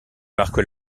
marque